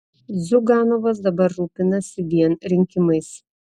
ziuganovas dabar rūpinasi vien rinkimais